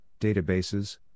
databases